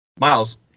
Miles